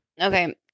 Okay